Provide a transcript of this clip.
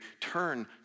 turn